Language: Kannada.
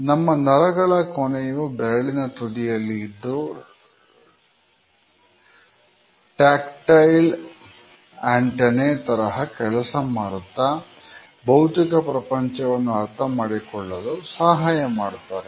ನಮ್ಮ ನರಗಳ ಕೊನೆಯು ಬೆರಳಿನ ತುದಿಯಲ್ಲಿ ಇದ್ದು ಟ್ಯಾಕ್ಟಿಲ್ ಅಂಟನ್ನೇ ತರಹ ಕೆಲಸ ಮಾಡುತ್ತಾ ಭೌತಿಕ ಪ್ರಪಂಚವನ್ನು ಅರ್ಥಮಾಡಿಕೊಳ್ಳಲು ಸಹಾಯ ಮಾಡುತ್ತದೆ